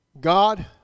God